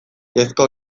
kezka